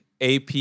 AP